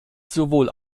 sowohl